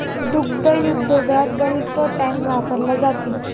दुग्ध उद्योगात bulk tank वापरला जातो